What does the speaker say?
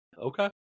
Okay